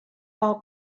all